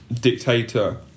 dictator